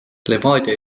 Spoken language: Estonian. levadia